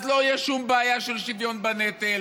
אז לא תהיה שום בעיה של שוויון בנטל,